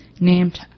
named